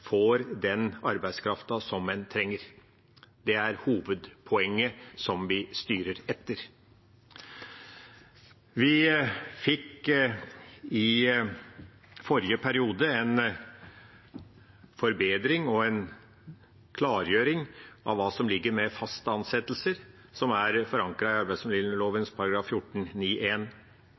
får den arbeidskraften som det trenger. Det er hovedpoenget som vi styrer etter. Vi fikk i forrige periode en forbedring og en klargjøring av hva som ligger i faste ansettelser, som er forankret i